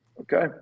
Okay